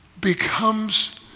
becomes